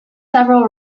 several